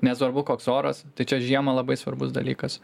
nesvarbu koks oras tai čia žiemą labai svarbus dalykas